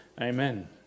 amen